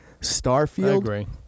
Starfield